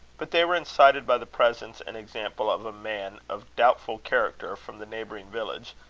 but they were incited by the presence and example of a man of doubtful character from the neighbouring village,